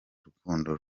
urukundo